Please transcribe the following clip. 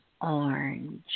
orange